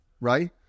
Right